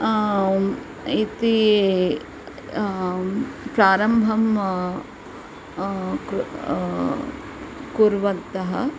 इति प्रारम्भं कृ कुर्वन्तः